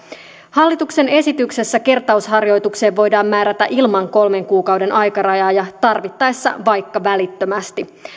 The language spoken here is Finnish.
hallituksen esityksessä kertausharjoitukseen voidaan määrätä ilman kolmen kuukauden aikarajaa ja tarvittaessa vaikka välittömästi